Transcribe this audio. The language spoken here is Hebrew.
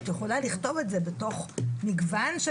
את יכולה לכתוב את זה בתוך מגוון של